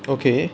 okay